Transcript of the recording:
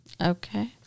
Okay